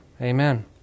Amen